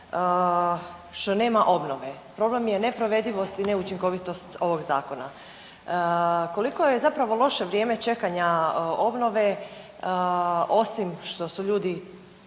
što nema obnove. Problem je neprovedivost i neučinkovitost ovog Zakona. Koliko je zapravo loše vrijeme čekanja obnove, osim što su ljudi